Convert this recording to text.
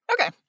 Okay